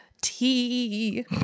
Tea